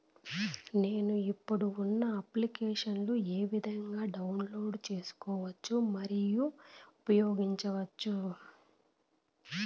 నేను, ఇప్పుడు ఉన్న అప్లికేషన్లు ఏ విధంగా డౌన్లోడ్ సేసుకోవచ్చు మరియు ఉపయోగించొచ్చు?